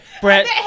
Brett